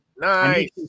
Nice